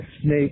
snake